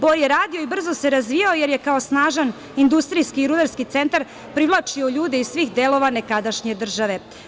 Bor je radio i brzo se razvijao, jer je kao snažan industrijski i rudarski centar privlačio ljude iz svih delova nekadašnje države.